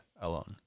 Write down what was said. alone